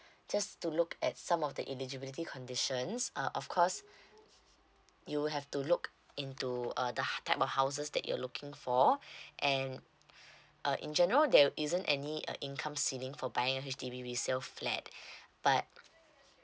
just to look at some of the eligibility conditions uh of course you have to look into uh the high type of houses that you're looking for and uh in general there isn't any uh income ceiling for buying a H_D_B resale flat but